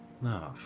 No